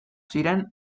ziren